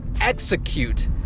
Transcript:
execute